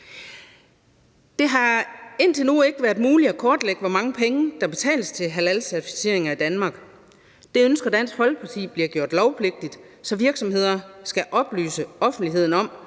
Det har indtil nu ikke været muligt at kortlægge, hvor mange penge der betales til halalcertificering i Danmark. Det ønsker Dansk Folkeparti bliver gjort lovpligtigt, så virksomheder skal oplyse offentligheden om,